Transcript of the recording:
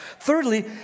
Thirdly